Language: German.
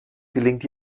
gelingt